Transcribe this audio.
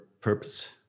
purpose